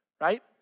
right